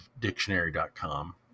dictionary.com